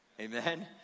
amen